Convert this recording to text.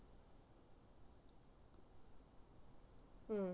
mm